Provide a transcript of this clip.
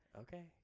Okay